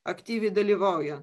aktyviai dalyvauja